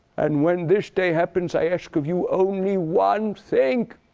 and when this day happens, i ask of you only one thing.